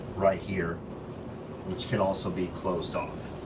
right here which can also be closed off.